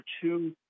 two